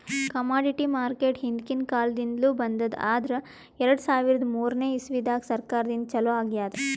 commodity market ಹಿಂದ್ಕಿನ್ ಕಾಲದಿಂದ್ಲು ಬಂದದ್ ಆದ್ರ್ ಎರಡ ಸಾವಿರದ್ ಮೂರನೇ ಇಸ್ವಿದಾಗ್ ಸರ್ಕಾರದಿಂದ ಛಲೋ ಆಗ್ಯಾದ್